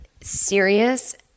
serious